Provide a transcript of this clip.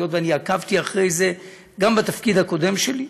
היות שעקבתי אחרי זה גם בתפקיד הקודם שלי,